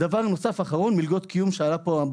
דבר נוסף, מלגות קיום שעלה פה.